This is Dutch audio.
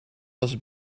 was